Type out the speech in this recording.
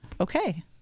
Okay